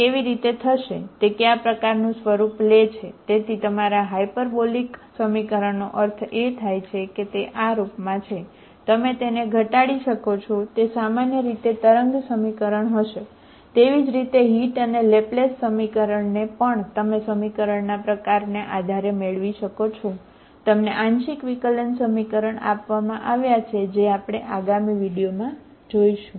તે કેવી રીતે થશે તે કયા પ્રકારનું સ્વરૂપ લે છે જેથી તમારા હાયપરબોલિક સમીકરણનો અર્થ એ થાય છે કે તે આ રૂપમાં છે તમે તેને ઘટાડી શકો છો તે સામાન્ય રીતે તરંગ સમીકરણ આપવામાં આવ્યા છે જે આપણે આગામી વિડીયોમાં જોઈશું